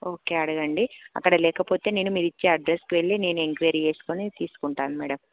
అడగండి అక్కడ లేకపోతే నేను మీరు ఇచ్చే అడ్రస్కు వెళ్ళి నేను ఎంక్వైరీ చేసుకుని తీసుకుంటాను మేడం